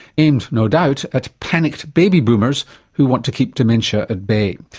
aimed no doubt at panicked baby boomers who wants to keep dementia at bay.